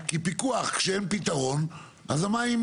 כי פיקוח כשאין פתרון אז המים